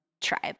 tribe